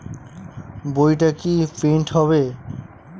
বইটা কি প্রিন্ট হবে?